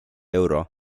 euro